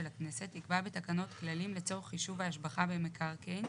הכנסת יקבע בתקנות כללים לצורך חישוב ההשבחה במקרקעין,